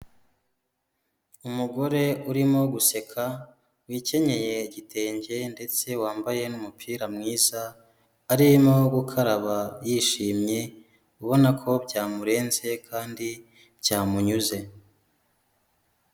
Umugore urimo guseka wikenyeje igitenge ndetse wambaye n'umupira mwiza arimo gukaraba yishimye ubona ko byamurenze kandi byamunyuze.